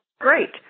great